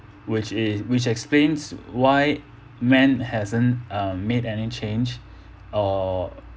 which is which explains why man hasn't um made any change or